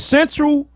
Central